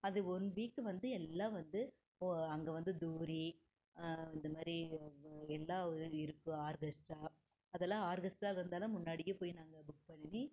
அது one week வந்து எல்லாம் வந்து அங்கே வந்து தூறி இந்த மாதிரி எல்லாம் இருக்கும் ஆர்கெஸ்ட்டாக அதெலாம் ஆர்கெஸ்ட்டாக இருந்தாலாம் முன்னாடியே போய் நாங்கள் புக் பண்ணி